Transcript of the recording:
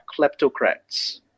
kleptocrats